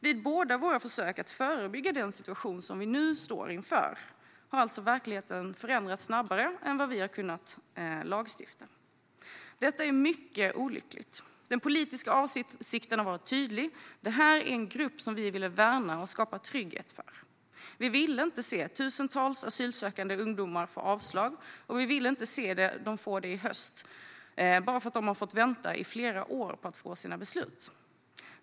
Vid båda våra försök att förebygga den situation som vi nu står inför har alltså verkligheten förändrats snabbare än vad vi har kunnat lagstifta. Detta är mycket olyckligt. Den politiska avsikten har varit tydlig. Det här är en grupp som vi ville värna och skapa trygghet för. Vi ville inte se tusentals asylsökande ungdomar få avslag, och vi ville inte se dem få det i höst bara för att de har fått vänta i flera år på att få sina beslut.